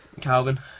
Calvin